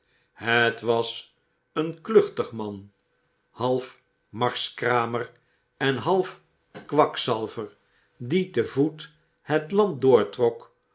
het was een kluchtig man half marskramer en half kwakzalver die te voet het land doortrok